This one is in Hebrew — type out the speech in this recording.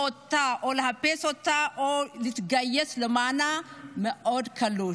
אותה או לחפש אותה או להתגייס למענה מאוד קלוש.